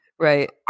Right